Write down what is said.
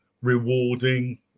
rewarding